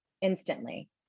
instantly